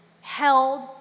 held